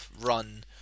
Run